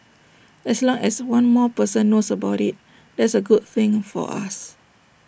as long as one more person knows about IT that's A good thing for us